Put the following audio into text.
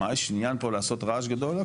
יש עניין פה לעשות רעש גדול?